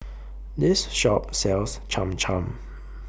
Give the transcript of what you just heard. This Shop sells Cham Cham